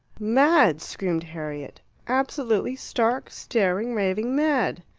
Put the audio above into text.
mad! screamed harriet absolutely stark, staring, raving mad!